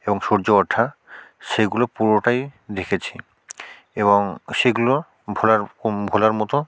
এবং সূর্য ওঠা সেইগুলো পুরোটাই দেখেছি ভোলার ভোলার মতো